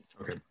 Okay